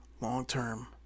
long-term